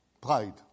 pride